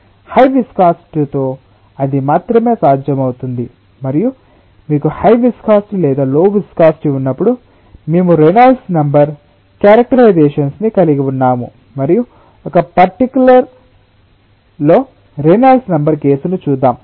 కాబట్టి హై విస్కాసిటితో అది మాత్రమే సాధ్యమవుతుంది మరియు మీకు హై విస్కాసిటి లేదా లో విస్కాసిటి ఉన్నప్పుడు మేము రేనాల్డ్స్ నెంబర్ క్యారక్టరైజేషన్స్ ని కలిగి ఉన్నాము మరియు ఒక పర్టికులర్ లో రేనాల్డ్స్ నెంబర్ కేసును చూద్దాం